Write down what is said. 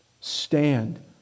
Stand